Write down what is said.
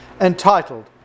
entitled